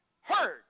heard